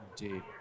Indeed